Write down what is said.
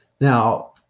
Now